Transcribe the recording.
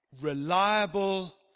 Reliable